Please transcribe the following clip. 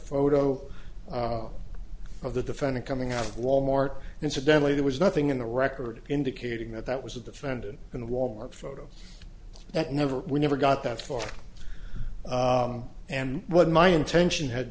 photo of the defendant coming out of wal mart incidentally there was nothing in the record indicating that that was the defendant in the war photo that never we never got that far and what my intention had